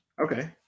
Okay